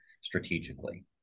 strategically